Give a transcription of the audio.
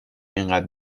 اینقدر